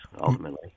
ultimately